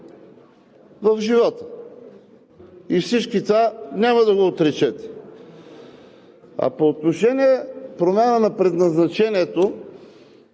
в живота? И всички това няма да го отречете. А по отношение промяната на предназначението